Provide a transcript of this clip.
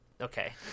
Okay